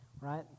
right